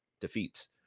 defeat